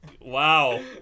Wow